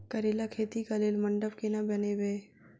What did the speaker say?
करेला खेती कऽ लेल मंडप केना बनैबे?